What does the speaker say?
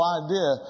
idea